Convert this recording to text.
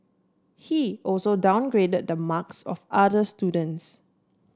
he also downgraded the marks of other students